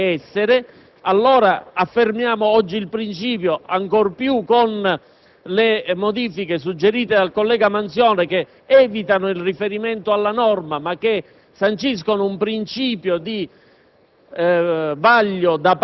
perché non potrà che essere così - allora affermiamo che sappiamo, fin dall'inizio, e ancor più con le modifiche suggerite dal collega Manzione, che evitano il riferimento alla norma, ma che sanciscono un principio di